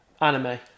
anime